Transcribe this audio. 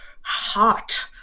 hot